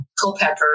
Culpepper